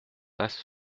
passe